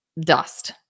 dust